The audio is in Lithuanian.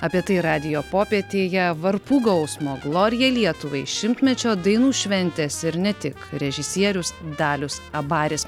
apie tai radijo popietėje varpų gausmo glorija lietuvai šimtmečio dainų šventės ir ne tik režisierius dalius abaris